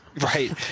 Right